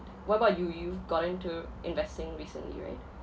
what about you you've got into investing recently right